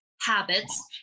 habits